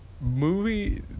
Movie